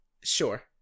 Sure